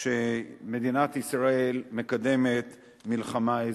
שמדינת ישראל מקדמת מלחמה אזורית.